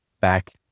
back